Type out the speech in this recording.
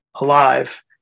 alive